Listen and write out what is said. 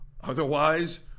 Otherwise